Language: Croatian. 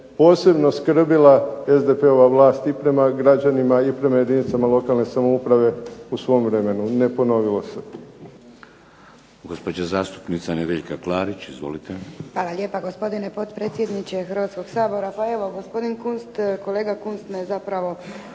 posebno skrbila SDP-ova vlast i prema građanima i prema jedinicama lokalne samouprave u svom vremenu. Ne ponovilo se.